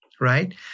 right